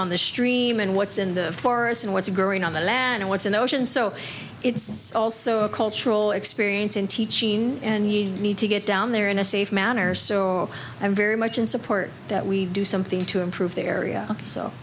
on the stream and what's in the forest and what's growing on the land what's in the ocean so it's also a cultural experience in teaching and you need to get down there in a safe manner so i'm very much in support that we do something to improve the area so